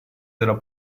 della